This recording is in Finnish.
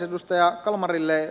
edustaja kalmarille